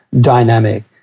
dynamic